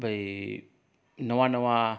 भई नवा नवा